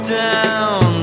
down